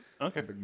Okay